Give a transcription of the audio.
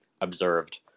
observed